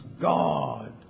God